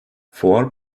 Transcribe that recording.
fuar